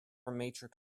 matrix